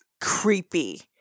creepy